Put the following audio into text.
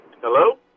Hello